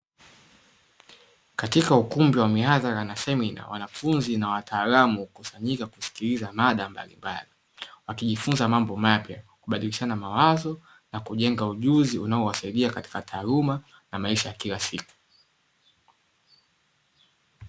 Katika ukumbi wa miadhara na semina wanafunzi na wataalamu kusanyika kusikiliza mada mbalimbali wakijifunza mambo mapya kubadilishana mawazo na kujenga ujuzi unaowasaidia katika taaluma na maisha ya kila siku.